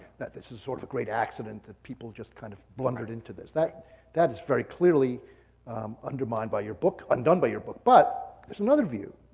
that this is sort of a great accident, that people just kind of blundered into this. that that is very clearly undermined by your book, undone by your book. but there's another view,